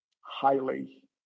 highly